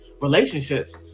relationships